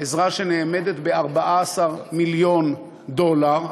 עזרה שנאמדת ב-14 מיליון דולר,